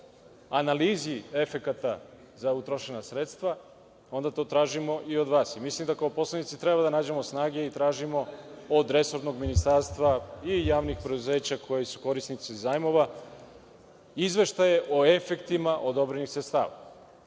analizi efekata za utrošena sredstva, onda to tražimo i od vas. Mislim da kao poslanici treba da nađemo snage i tražimo od resornog ministarstva i javnih preduzeća, koji su korisnici zajmova, izveštaje o efektima odobrenih sredstava.